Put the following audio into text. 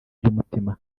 by’umutima